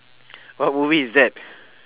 what movie is that